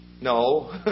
No